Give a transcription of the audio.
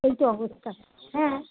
এই তো অবস্থা হ্যাঁ